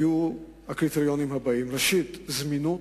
היו הקריטריונים הבאים: ראשית, זמינות.